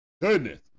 Goodness